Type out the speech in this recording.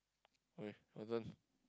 okay your turn